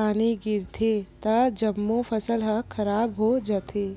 पानी गिरगे त जम्मो फसल ह खराब हो जाथे